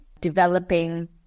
developing